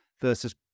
versus